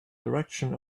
direction